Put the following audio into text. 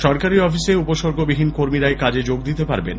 সরকারী অফিসে উপসর্গ বিহীন কর্মীরাই কাজে যোগ দিতে পারবেন